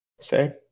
Say